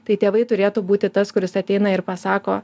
tai tėvai turėtų būti tas kuris ateina ir pasako